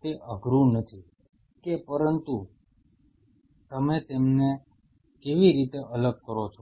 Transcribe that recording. તે અઘરુ નથી કે પરંતુ તમે તેમને કેવી રીતે અલગ કરો છો